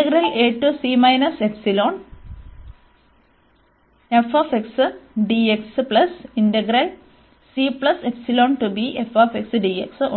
ഇവിടെ